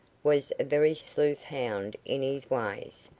was a very sleuth-hound in his ways,